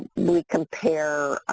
we compare